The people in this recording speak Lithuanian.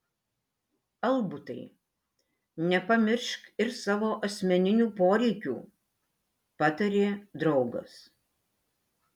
albutai nepamiršk ir savo asmeninių poreikių patarė draugas